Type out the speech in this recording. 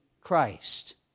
Christ